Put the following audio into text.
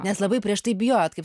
nes labai prieš tai bijojot kaip